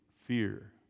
fear